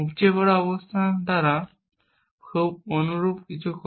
উপচে পড়া অবস্থান দ্বারা খুব অনুরূপ কিছু করা